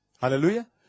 Hallelujah